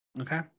Okay